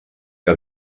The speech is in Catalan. que